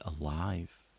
alive